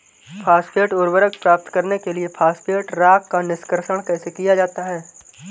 Phosphate उर्वरक प्राप्त करने के लिए फॉस्फेट रॉक का निष्कर्षण कैसे किया जाता है?